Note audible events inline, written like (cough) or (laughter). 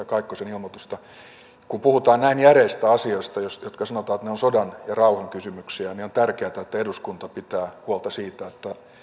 (unintelligible) kaikkosen ilmoitusta kun puhutaan näin järeistä asioista joista sanotaan että ne ovat sodan ja rauhan kysymyksiä niin on tärkeätä että eduskunta pitää huolta siitä